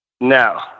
No